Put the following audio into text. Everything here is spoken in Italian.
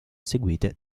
seguite